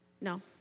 no